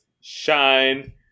Shine